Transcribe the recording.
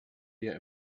der